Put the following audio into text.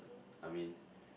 I mean